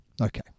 Okay